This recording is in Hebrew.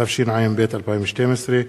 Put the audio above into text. התשע"ב 2012,